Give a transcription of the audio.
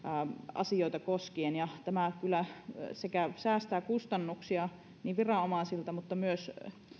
asioita koskien tämä kyllä sekä säästää kustannuksia viranomaisilta että myös